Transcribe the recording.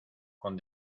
con